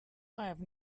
have